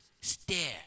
stare